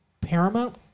Paramount